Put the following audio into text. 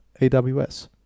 AWS